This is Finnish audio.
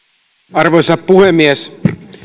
arvoisa puhemies